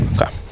Okay